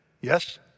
Yes